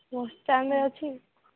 ବସ ଷ୍ଟାଣ୍ଡରେ ଅଛି